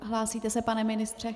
Hlásíte se, pane ministře...?